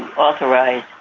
authorize